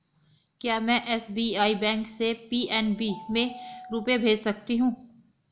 क्या में SBI bank से पी.एन.बी में रुपये भेज सकती हूँ?